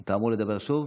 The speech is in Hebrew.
אתה אמור לדבר שוב?